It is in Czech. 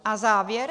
A závěr?